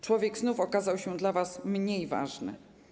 Człowiek znów okazał się dla was mniej ważny.